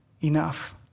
enough